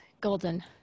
golden